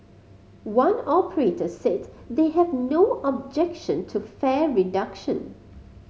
one operator said they have no objection to fare reduction